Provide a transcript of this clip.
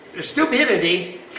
stupidity